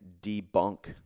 debunk